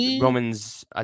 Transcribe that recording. Roman's